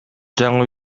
жаңы